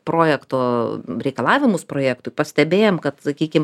projekto reikalavimus projektui pastebėjom kad sakykim